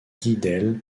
guidel